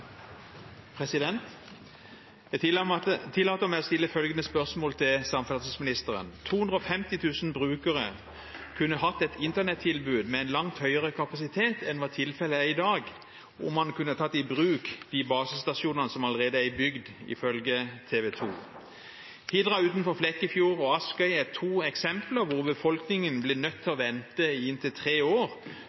tillater meg å stille følgende spørsmål til samferdselsministeren: «250 000 brukere kunne hatt et internettilbud med en langt høyere kapasitet enn hva tilfellet er i dag om man kunne tatt i bruk de basestasjonene som allerede er bygd, ifølge TV 2. Hidra utenfor Flekkefjord og Askøy er to eksempler hvor